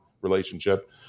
relationship